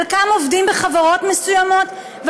חלקם עובדים בחברות מסוימות,